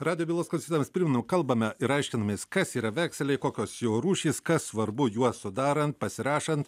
radijo bylos klausytojams primenu kalbame ir aiškinamės kas yra vekseliai kokios jo rūšys kas svarbu juos sudarant pasirašant